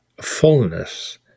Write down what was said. fullness